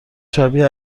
شبیه